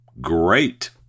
great